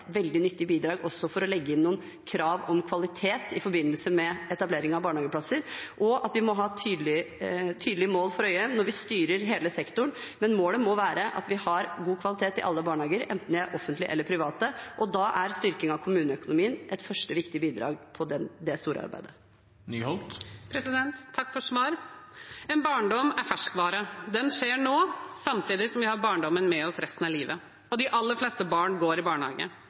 veldig nyttig bidrag også for å legge inn noen krav om kvalitet i forbindelse med etablering av barnehageplasser, og at vi må ha tydelige mål for øye når vi styrer hele sektoren. Men målet må være at vi har god kvalitet i alle barnehager, enten de er offentlige eller private, og da er styrking av kommuneøkonomien et første viktig bidrag i det store arbeidet. Takk for svar. En barndom er ferskvare. Den skjer nå, samtidig som vi har barndommen med oss resten av livet. De aller fleste barn går i barnehage.